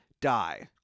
die